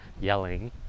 yelling